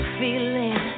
feeling